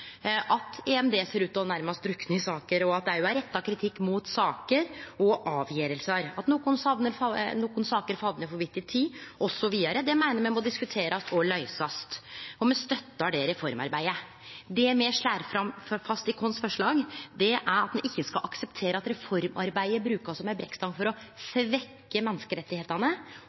at EMD ser ut til nærmast å drukne i saker, at det òg er retta kritikk mot saker og avgjerder, at nokre saker femner for vidt i tid, osv. Det meiner me må diskuterast og løysast. Me støttar det reformarbeidet. Det me slår fast i forslaget vårt, er at ein ikkje skal akseptere at reformarbeidet blir brukt som ei brekkstong for å